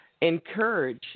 encourage